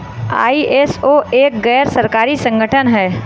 ISO एक गैर सरकारी संगठन है